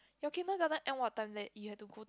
okay most of time end what time that you have to put